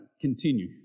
continue